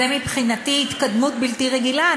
זו מבחינתי התקדמות בלתי רגילה.